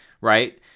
right